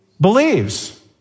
Believes